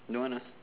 don't want lah